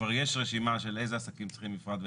כבר יש רשימה של איזה עסקים צריכים מפרט.